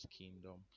kingdom